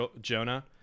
jonah